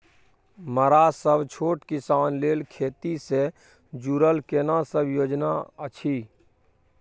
मरा सब छोट किसान लेल खेती से जुरल केना सब योजना अछि?